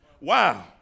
Wow